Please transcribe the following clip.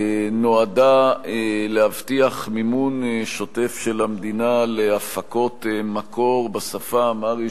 נועדה להבטיח מימון שוטף של המדינה להפקות מקור בשפה האמהרית,